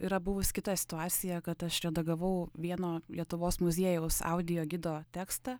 yra buvus kita situacija kad aš redagavau vieno lietuvos muziejaus audiogido tekstą